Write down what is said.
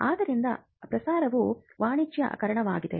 ಆದ್ದರಿಂದ ಪ್ರಸಾರವೂ ವಾಣಿಜ್ಯೀಕರಣವಾಗಿದೆ